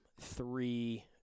three